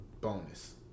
bonus